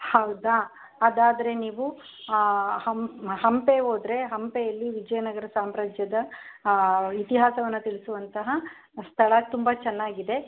ಹೌದಾ ಹಾಗಾದರೆ ನೀವು ಹಂಪೆ ಹೋದ್ರೆ ಹಂಪೆಯಲ್ಲಿ ವಿಜಯನಗರ ಸಾಮ್ರಾಜ್ಯದ ಇತಿಹಾಸವನ್ನ ತಿಳಿಸುವಂತಹ ಸ್ಥಳ ತುಂಬ ಚೆನ್ನಾಗಿದೆ